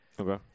Okay